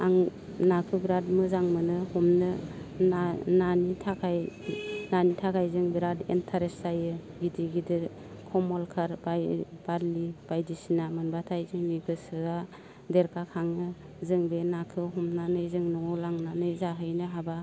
आं नाखौ बिराद मोजां मोनो हमनो ना नानि थाखाय नानि थाखाय जों बेराद इन्ट्रेस्ट जायो गिदिर गिदिर कमलखाथ बारलि बायदिसिना मोनब्लाथाय जोंनि गोसोआ देरगाखाङो जों बे नाखौ हमनानै जों न'आव लांनानै जाहैनो हाब्ला